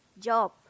job